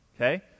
okay